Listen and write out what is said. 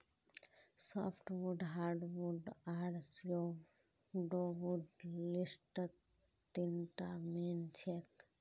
softwood hardwood आर pseudowood लिस्टत तीनटा मेन छेक